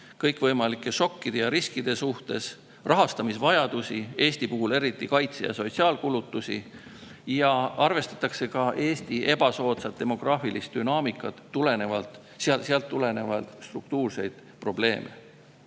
kõikvõimalike šokkide ja riskide suhtes, rahastamisvajadusi, Eesti puhul eriti kaitse‑ ja sotsiaalkulutusi, ja arvestatakse ka Eesti ebasoodsat demograafilist dünaamikat ning sealt tulenevaid struktuurseid probleeme.